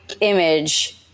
image